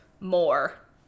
more